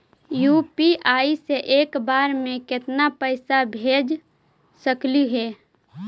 UPI से एक बार मे केतना पैसा भेज सकली हे?